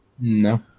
No